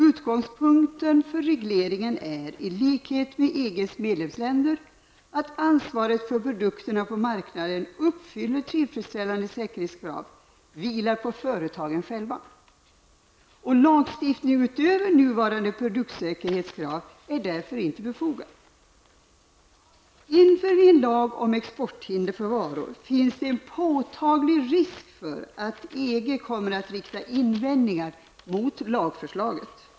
Utgångspunkten för regleringen är, i likhet med vad som gäller i EGs medlemsländer, att ansvaret för att produkterna på marknaden uppfyller tillfredsställande säkerhetskrav vilar på företagen själva. Någon lagstiftning utöver nuvarande produktsäkerhetskrav är inte befogad. Om vi inför en lag om exporthinder för varor, kommer det att finnas en påtaglig risk för att EG riktar invändningar mot lagförslaget.